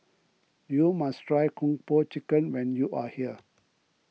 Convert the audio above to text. you must try Kung Po Chicken when you are here